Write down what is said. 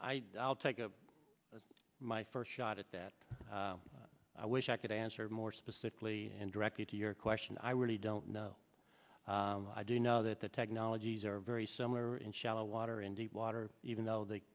i i'll take my first shot at that i wish i could answer more specifically and directly to your question i really don't know i do know that the technologies are very similar in shallow water in deep water even though the